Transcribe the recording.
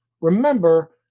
Remember